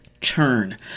turn